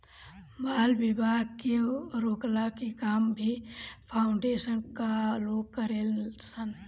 बाल विवाह के रोकला के काम भी फाउंडेशन कअ लोग करेलन सन